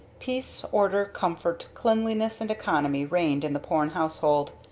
peace, order, comfort, cleanliness and economy reigned in the porne household,